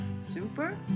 super